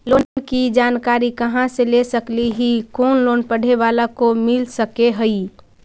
Loan की जानकारी कहा से ले सकली ही, कोन लोन पढ़े बाला को मिल सके ही?